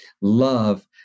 love